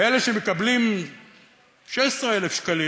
ואלה שמקבלים 16,000 שקלים,